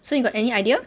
so you got any idea